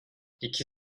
i̇ki